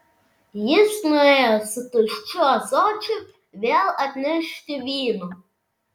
jis nuėjo su tuščiu ąsočiu vėl atnešti vyno